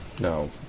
No